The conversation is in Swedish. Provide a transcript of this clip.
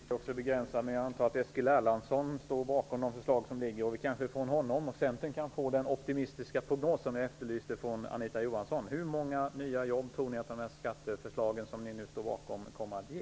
Fru talman! Jag skall också begränsa mig. Men jag antar att Eskil Erlandsson står bakom de förslag som ligger. Vi kanske från honom och Centern kan få den optimistiska prognos som jag efterlyste från Anita Johansson. Hur många nya jobb tror ni att de skatteförslag som ni nu står bakom kommer att ge?